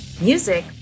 Music